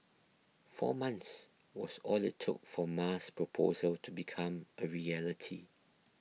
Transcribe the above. four months was all it took for Ma's proposal to become a reality